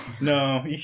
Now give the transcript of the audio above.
No